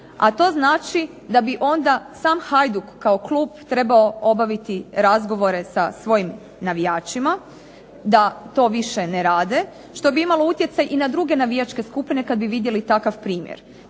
a to znači da bi onda sam Hajduk kao klub trebao obaviti razgovore sa svojim navijačima da to više ne rade što bi imalo utjecaj i na druge navijačke skupine kada bi vidjeli takav primjer.